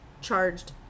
charged